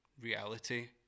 reality